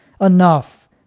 enough